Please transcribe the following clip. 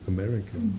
American